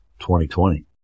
2020